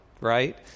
right